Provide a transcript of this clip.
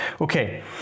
Okay